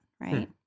right